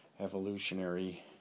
evolutionary